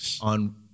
on